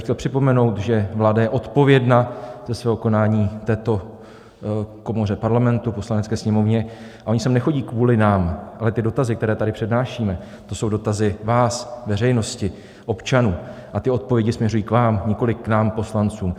Chtěl bych připomenout, že vláda je odpovědna ze svého konání této komoře Parlamentu Poslanecké sněmovně a oni sem nechodí kvůli nám, ale ty dotazy, které tady přednášíme, to jsou dotazy vás, veřejnosti, občanů, a odpovědi směřují k vám, nikoli k nám poslancům.